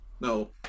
no